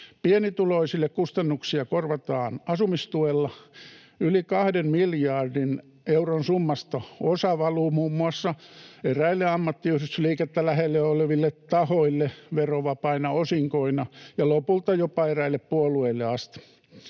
Pienituloisille kustannuksia korvataan asumistuella. Yli 2 miljardin euron summasta osa valuu muun muassa eräille ammattiyhdistysliikettä lähellä oleville tahoille verovapaina osinkoina ja lopulta jopa eräille puolueille asti.